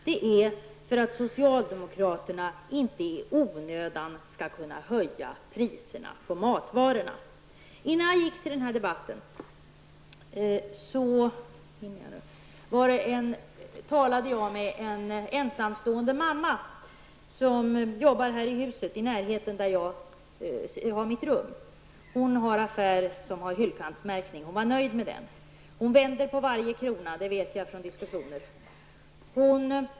Det är för att socialdemokraterna inte i onödan skall kunna höja priserna på matvaror. Innan jag gick till denna debatt talade jag med en ensamstående mamma som arbetar här i huset i närheten av mitt rum. Hon handlar i en affär med hyllkantsmärkning, och det är hon nöjd med. Jag vet från våra diskussioner att hon måste vända på varje krona.